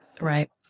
Right